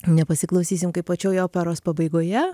nepasiklausysim kaip pačioj operos pabaigoje